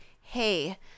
hey